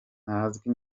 ntazwi